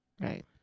Right